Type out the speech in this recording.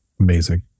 Amazing